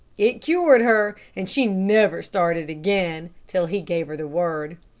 it cured her, and she never started again, till he gave her the word.